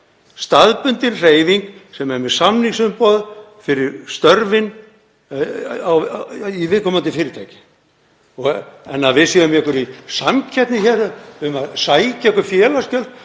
staðbundin hreyfing sem er með samningsumboð fyrir störfin í viðkomandi fyrirtæki. Að við séum í einhverri samkeppni um að sækja félagsgjöld